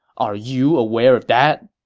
are you aware of that?